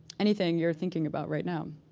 anything you're thinking about right now?